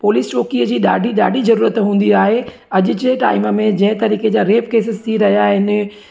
police चौकीअ जी ॾाढी ॾाढी ज़रूरत हूंदी आहे अॼु जे टाइम में जंहिं तरीक़े जा रेप केसिस थी रहिया आहिनि